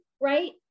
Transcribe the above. right